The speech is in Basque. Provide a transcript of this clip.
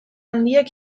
handiak